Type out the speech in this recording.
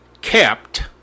kept